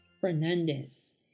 Fernandez